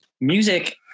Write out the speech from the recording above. music